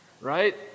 right